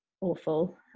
awful